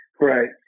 Right